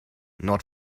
not